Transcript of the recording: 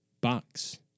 box